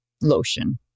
lotion